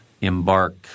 embark